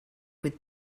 with